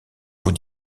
vous